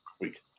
Week